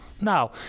Now